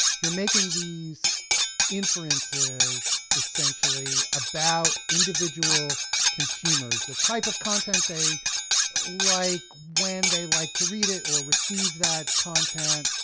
you're making these inferences essentially about individual consumers, the type of content they like, when they like to read it or receive that content,